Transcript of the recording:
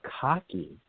Cocky